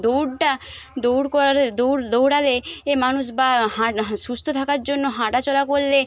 দৌড়টা দৌড় করালে দৌড় দৌড়ালে এ মানুষ বা না সুস্থ থাকার জন্য হাঁটা চলা করলে